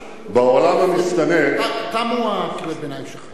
בעולם המשתנה, תמו קריאות הביניים שלך.